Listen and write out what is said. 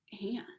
hand